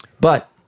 But-